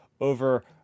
over